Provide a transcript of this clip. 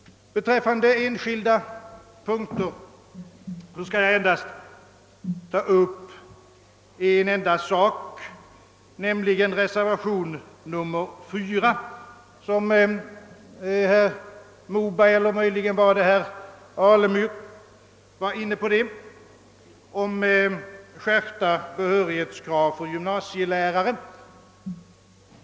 Beträffande enskilda punkter skall jag endast ta upp en enda sak, nämligen reservation 4, som herr Moberg eller möjligen herr Alemyr var inne på. Den gäller skärpta behörighetskrav för gymnasielärare.